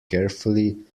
carefully